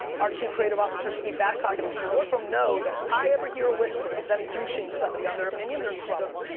our chief creative officer steve babcock and the people that work for him know that if i ever hear a whisper of them douching somebody on their opinion, they're in trouble.